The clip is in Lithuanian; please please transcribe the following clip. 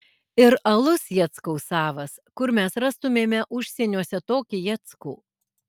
ir alus jackaus savas kur mes rastumėme užsieniuose tokį jackų